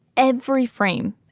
every frame,